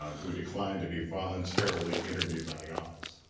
um who who declined to be voluntarily interviewed by the office.